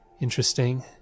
Interesting